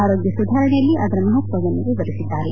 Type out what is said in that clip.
ಆರೋಗ್ಯ ಸುಧಾರಣೆಯಲ್ಲಿ ಅದರ ಮಪತ್ವವನ್ನು ವಿವರಿಸಿದ್ದಾರೆ